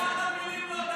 מכבסת המילים לא תעזור לך.